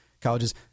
colleges